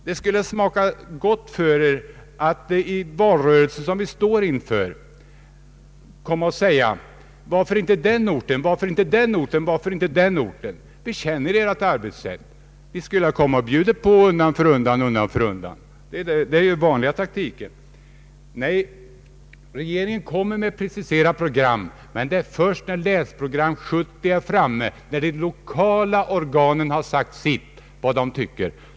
Det skulle säkert smaka er att i den valrörelse vi nu står inför kunna fråga varför inte just den eller den orten blivit medtagen här. Vi känner ert arbetssätt. Ni skulle ha ökat budgivningen undan för undan efter er vanliga taktik. Regeringen kommer att lägga fram preciseringar, men detta sker först när Länsprogram 70 är färdigställt och de lokala organen har framlagt sina synpunkter.